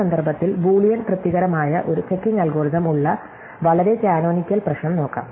ഈ സന്ദർഭത്തിൽ ബൂളിയൻ തൃപ്തികരമായ ഒരു ചെക്കിംഗ് അൽഗോരിതം ഉള്ള വളരെ കാനോനിക്കൽ പ്രശ്നം നോക്കാം